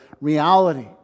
reality